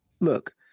Look